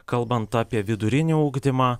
kalbant apie vidurinį ugdymą